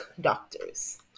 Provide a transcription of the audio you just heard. doctors